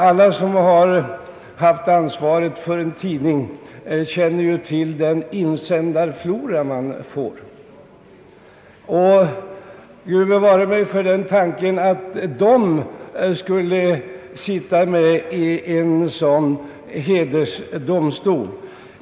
Alla som har haft ansvaret för en tidning känner väl till den insändarflora som kommer in. Gud bevare mig för tanken, att dessa människor skulle sitta med i en sådan hedersdomstol!